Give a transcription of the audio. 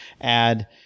add